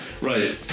Right